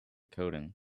coding